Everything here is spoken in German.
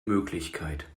möglichkeit